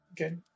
Okay